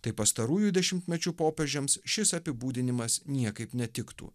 tai pastarųjų dešimtmečių popiežiams šis apibūdinimas niekaip netiktų